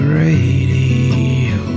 radio